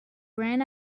ran